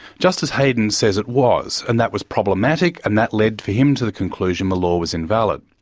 justice hayden says it was, and that was problematic, and that led for him to the conclusion the law was invalid.